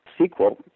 sequel